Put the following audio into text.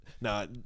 no